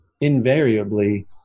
invariably